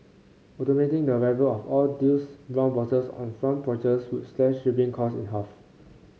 automating the arrival of all those brown boxes on front porches would slash shipping costs in half